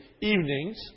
evenings